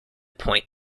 point